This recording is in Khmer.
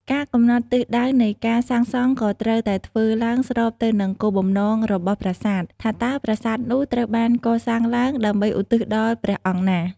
ការកំណត់ទិសនៃការសាងសង់ក៏ត្រូវតែធ្វើឡើងស្របទៅនឹងគោលបំណងរបស់ប្រាសាទ ថាតើប្រាសាទនោះត្រូវបានកសាងឡើងដើម្បីឧទ្ទិសដល់ព្រះអង្គណា។